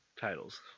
titles